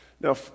Now